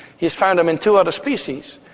he's found them in two other species,